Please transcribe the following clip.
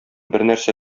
бернәрсә